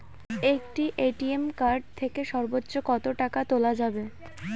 একটি ATM card থেকে সর্বোচ্চ কত টাকা তোলা যাবে?